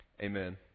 Amen